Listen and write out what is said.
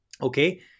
Okay